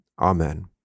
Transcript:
Amen